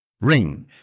ring